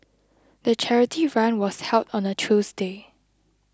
the charity run was held on a Tuesday